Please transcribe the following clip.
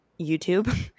YouTube